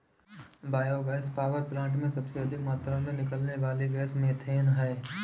bio gas power plant में सबसे अधिक मात्रा में निकलने वाली गैस मिथेन है